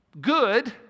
good